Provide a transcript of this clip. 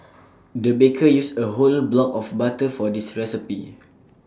the baker used A whole block of butter for this recipe